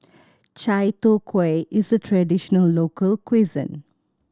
chai tow kway is a traditional local cuisine